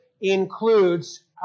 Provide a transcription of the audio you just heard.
includes